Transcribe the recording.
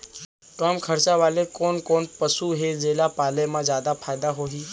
कम खरचा वाले कोन कोन पसु हे जेला पाले म जादा फायदा होही?